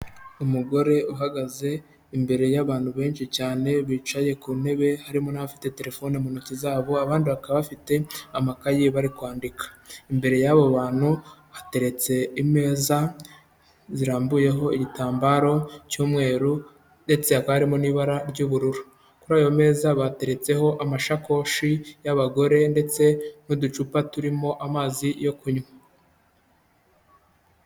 Umugore uhagaze imbere y'abantu benshi cyane bicaye ku ntebe, harimo n'abafite telefone mu ntoki zabo, abandi bakaba bafite amakayi bari kwandika. Imbere y'abo bantu hateretse imeza zirambuyeho igitambaro cy'umweru, ndetse haka harimo n'ibara ry'ubururu. Kuri ayo meza bateretseho amashakoshi y'abagore ndetse n'uducupa turimo amazi yo kunywa.